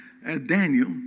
Daniel